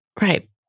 Right